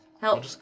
help